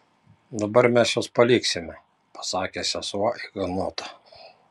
dabar mes jus paliksime pasakė sesuo ignotą